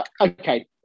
Okay